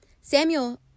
Samuel